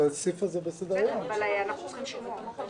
אנחנו צריכים שמות.